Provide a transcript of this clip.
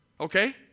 Okay